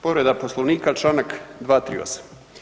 Povreda Poslovnika članak 238.